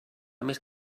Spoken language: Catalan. més